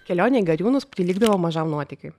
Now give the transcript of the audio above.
kelionė į gariūnus prilygdavo mažam nuotykiui